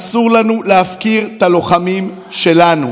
אסור לנו להפקיר את הלוחמים שלנו.